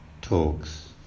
talks